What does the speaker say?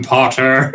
Potter